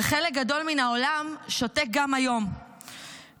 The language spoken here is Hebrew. וחלק גדול מהעולם שותק גם היום כשאנחנו